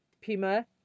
Pima